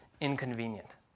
Inconvenient